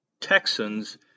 Texans